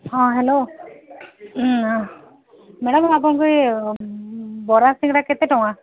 ହଁ hello madam ଆପଣଙ୍କ ଏଇ ବରା ସିଙ୍ଗଡ଼ା କେତେ ଟଙ୍କା